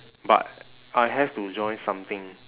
but I have to join something